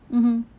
mmhmm